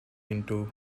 into